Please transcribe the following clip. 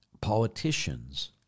politicians